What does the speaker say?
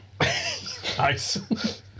Nice